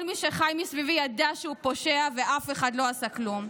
כל מי שחי מסביבי ידע שהוא פושע ואף אחד לא עשה כלום.